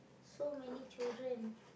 so many children